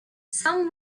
some